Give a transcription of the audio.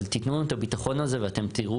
אבל תתנו לנו את הביטחון הזה ואתם תראו